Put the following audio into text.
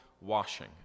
washing